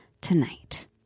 tonight